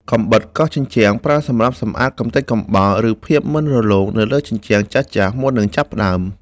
កាំបិតកោសជញ្ជាំង ប្រើសម្រាប់សម្អាតកម្ទេចកំបោរ ឬភាពមិនរលោងនៅលើជញ្ជាំងចាស់ៗមុននឹងចាប់ផ្ដើម។